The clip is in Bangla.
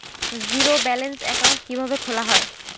জিরো ব্যালেন্স একাউন্ট কিভাবে খোলা হয়?